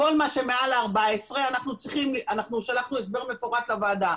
כל מה שמעל ה-14,000 אנחנו צריכים אנחנו שלחנו הסבר מפורט לוועדה,